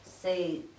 say